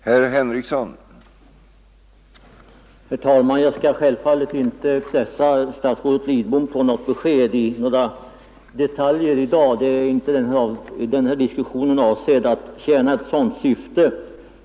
Herr talman! Jag skall självfallet inte pressa statsrådet Lidbom på besked i några detaljer i dag. Den här diskussionen är inte avsedd att tjäna ett sådant syfte.